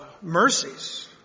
mercies